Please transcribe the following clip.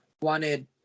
wanted